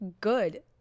good